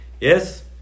Yes